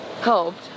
helped